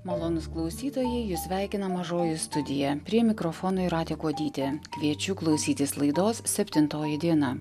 malonūs klausytojai jus sveikina mažoji studija prie mikrofono jūratė kuodytė kviečiu klausytis laidos septintoji diena